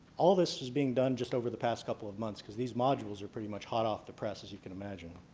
all this is being done just over the past couple of months because these modules are pretty much hot off the press as you can imagine.